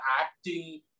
acting